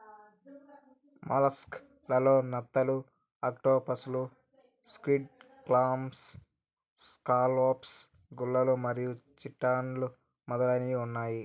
mollusc లలో నత్తలు, ఆక్టోపస్లు, స్క్విడ్, క్లామ్స్, స్కాలోప్స్, గుల్లలు మరియు చిటాన్లు మొదలైనవి ఉన్నాయి